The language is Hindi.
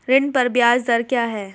ऋण पर ब्याज दर क्या है?